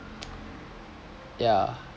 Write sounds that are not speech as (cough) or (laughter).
(noise) yeah